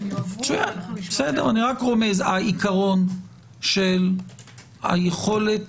הן יועברו- -- העיקרון של יכולת